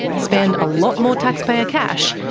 spend a lot more taxpayer cash,